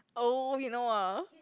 oh you know ah